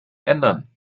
ändern